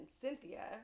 Cynthia